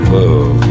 love